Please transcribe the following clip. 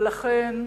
ולכן,